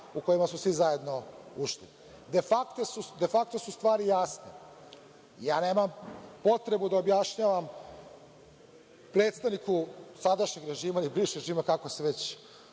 u koji smo svi zajedno ušli. Defakto su stvari jasne. Nemam potrebu da objašnjavam predstavniku sadašnjeg režima ili bivšeg režima kako već